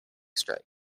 strike